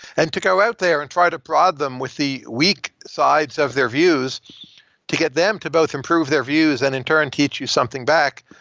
and to go out there and try to prod them with the weak sides of their views to get them to both improve their views and in turn teach you something back,